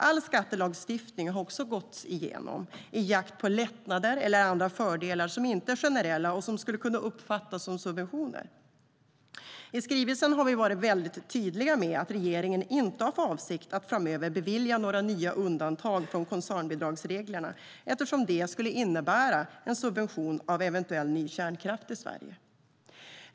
All skattelagstiftning har gåtts igenom i jakt på lättnader eller andra fördelar som inte är generella och som skulle kunna uppfattas som subventioner. I skrivelsen har vi varit väldigt tydliga med att regeringen inte har för avsikt att framöver bevilja några nya undantag från koncernbidragsreglerna, eftersom det skulle innebära en subvention av eventuell ny kärnkraft i Sverige.